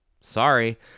sorry